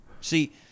See